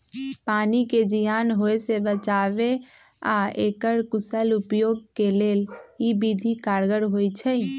पानी के जीयान होय से बचाबे आऽ एकर कुशल उपयोग के लेल इ विधि कारगर होइ छइ